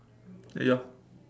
ya